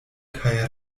kaj